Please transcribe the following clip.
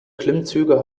klimmzüge